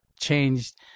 changed